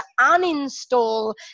uninstall